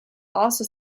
also